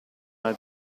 una